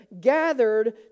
gathered